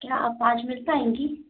क्या आप आज मिल पाएंगी